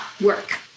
work